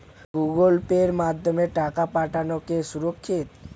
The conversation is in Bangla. গুগোল পের মাধ্যমে টাকা পাঠানোকে সুরক্ষিত?